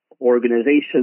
organizations